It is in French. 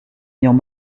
ayant